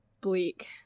bleak